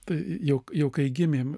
tai jau jau kai gimėm